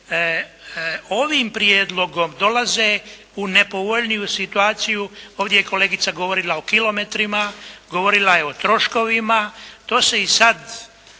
ovim prijedlogom dolaze u nepovoljniju situaciju. Ovdje je kolegica govorila o kilometrima, govorila je o troškovima. To se i sada